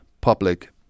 public